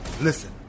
Listen